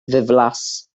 ddiflas